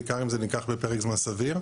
בעיקר אם זה נלקח בפרק זמן סביר.